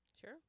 Sure